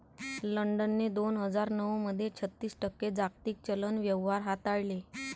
लंडनने दोन हजार नऊ मध्ये छत्तीस टक्के जागतिक चलन व्यवहार हाताळले